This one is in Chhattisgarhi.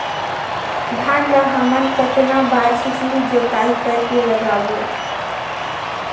धान ला हमन कतना बार छिछली जोताई कर के लगाबो?